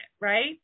right